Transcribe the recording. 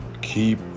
Keep